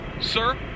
Sir